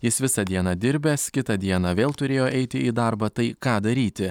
jis visą dieną dirbęs kitą dieną vėl turėjo eiti į darbą tai ką daryti